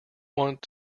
want